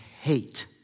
hate